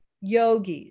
yogis